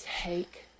take